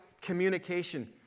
communication